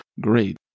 great